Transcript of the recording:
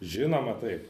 žinoma taip